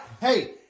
Hey